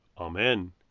Amen